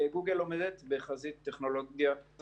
גוגל לא עומדת בחזית טכנולוגיית הענן בעולם.